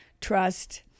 trust